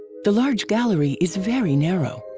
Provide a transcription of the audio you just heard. the large gallery is very narrow.